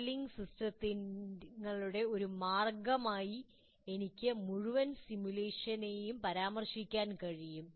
modelling സിസ്റ്റങ്ങളുടെ ഒരു മാർഗ്ഗമായി എനിക്ക് മുഴുവൻ സിമുലേഷനെയും പരാമർശിക്കാൻ കഴിയും